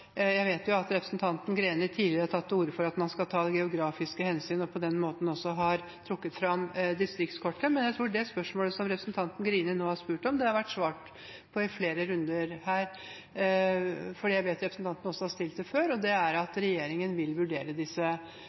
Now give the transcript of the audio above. på den måten også har trukket fram distriktskortet. Men jeg tror det spørsmålet som representanten Greni nå stilte, har vært svart på i flere runder, for jeg vet at representanten har stilt det før, og svaret er at regjeringen vil vurdere disse